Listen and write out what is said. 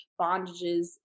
bondages